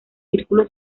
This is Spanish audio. círculo